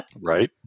Right